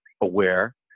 aware